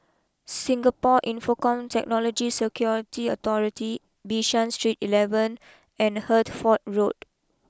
Singapore Infocomm Technology Security Authority Bishan Street eleven and Hertford Road